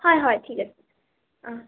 হয় হয় ঠিক আছে